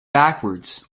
backwards